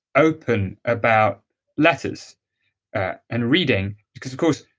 open about letters and reading, because of course,